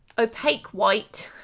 opaque white,